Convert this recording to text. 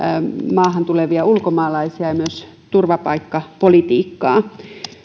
maahan tulevia ulkomaalaisia ja myös turvapaikkapolitiikkaa